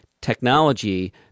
technology